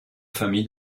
famille